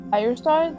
Firestar